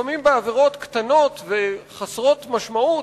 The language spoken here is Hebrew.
לפעמים מדובר בעבירות קטנות וחסרות משמעות,